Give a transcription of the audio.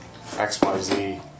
XYZ